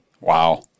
Wow